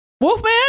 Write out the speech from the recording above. Wolfman